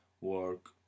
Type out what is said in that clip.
work